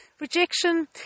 rejection